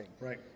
right